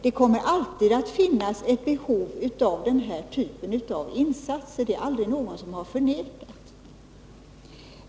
Det kommer alltid att finnas ett behov av den här typen av insatser — det har aldrig någon förnekat.